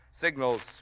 Signal's